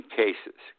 cases